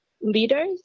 leaders